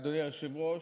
אדוני היושב-ראש,